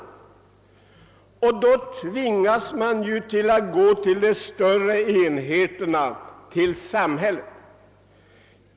Då tvingas man att gå till de större enheterna, till samhället.